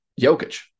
Jokic